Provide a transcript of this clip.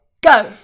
go